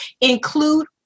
include